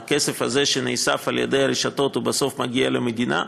הכסף הזה שנאסף על-ידי הרשתות בסוף מגיע למדינה,